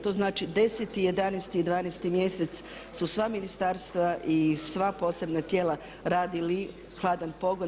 To znači 10, 11 i 12 mjesec su sva ministarstva i sva posebna tijela radili hladan pogon.